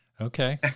okay